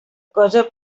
cosa